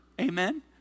Amen